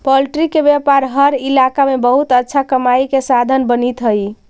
poultry के व्यापार हर इलाका में बहुत अच्छा कमाई के साधन बनित हइ